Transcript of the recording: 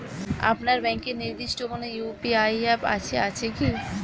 আপনার ব্যাংকের নির্দিষ্ট কোনো ইউ.পি.আই অ্যাপ আছে আছে কি?